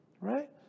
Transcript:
right